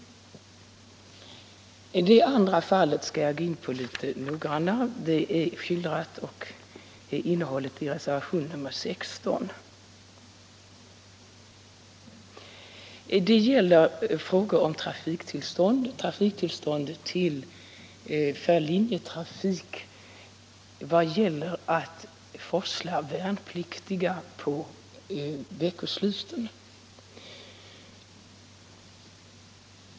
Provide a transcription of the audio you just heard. Det andra fallet skall jag gå in på litet noggrannare. Det är innehållet i reservationen 16. Det handlar om trafiktillstånd för linjetrafik vad gäller värnpliktsresor under veckosluten.